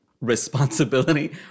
responsibility